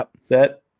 set